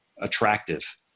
attractive